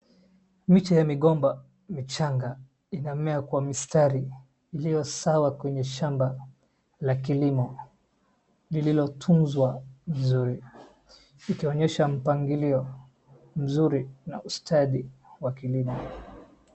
Miche ya migomba michanga inamea kwa mistari iliyo sawa kwenye shamba la kilimo lililotunzwa vizuri, ikionyesha mpangilio mzuri na ustadi wa kilimo.